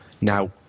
Now